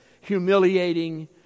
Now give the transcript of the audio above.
humiliating